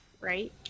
right